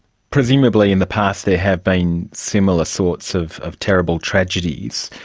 presumably in the past there have been similar sorts of of terrible tragedies.